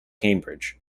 cambridge